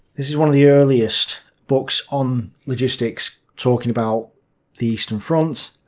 this is one of the earliest books on logistics talking about the eastern front.